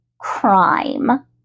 crime